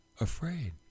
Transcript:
afraid